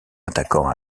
attaquant